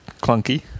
clunky